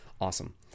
awesome